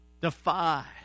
defy